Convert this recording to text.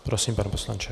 Prosím, pane poslanče.